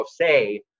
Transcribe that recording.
say